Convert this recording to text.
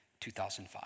2005